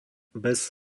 bez